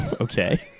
Okay